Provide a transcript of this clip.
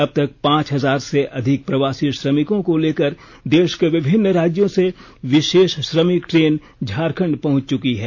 अब तक पांच हजार से अधिक प्रवासी श्रमिकों को लेकर देष के विभिन्न राज्यों से विषेष श्रमिक ट्रेन झारखंड पहुंच चुकी हैं